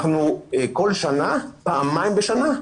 אנחנו כל שנה, פעמיים בשנה,